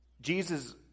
Jesus